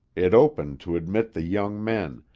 it opened to admit the young men,